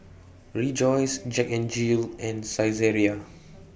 Rejoice Jack N Jill and Saizeriya